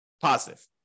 positive